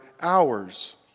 hours